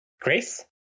Grace